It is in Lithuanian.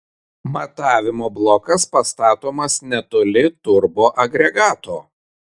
matavimo blokas pastatomas netoli turboagregato